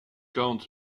count